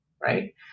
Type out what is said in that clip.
right